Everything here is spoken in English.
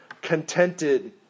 contented